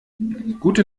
gute